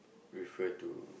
refer to